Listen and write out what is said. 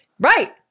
right